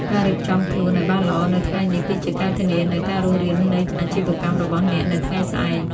ការរៀបចំខ្លួនឱ្យបានល្អនៅថ្ងៃនេះ គឺជាការធានានូវការរស់រាននៃអាជីវកម្មរបស់អ្នកនៅថ្ងៃស្អែក។